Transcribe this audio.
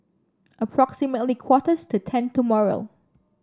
approximately quarter to ten tomorrow